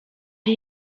ari